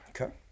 Okay